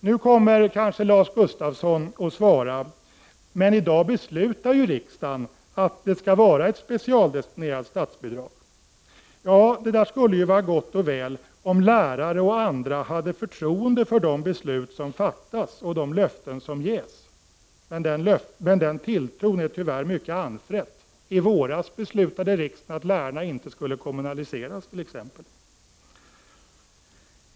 Nu kommer kanske Lars Gustafsson att svara att riksdagen ju i dag beslutar att ett specialdestinerat statsbidrag skall vara kvar. Det skulle vara gott och väl om lärare och andra hade förtroende för de beslut som fattas och de löften som ges. Men den tilltron är tyvärr mycket anfrätt. I våras beslutade riksdagen t.ex. att lärarna inte skulle kommunaliseras.